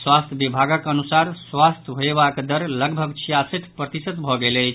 स्वास्थ्य विभागक अनुसार स्वस्थ होयबाक दर लगभग छियासठि प्रतिशत भऽ गेल अछि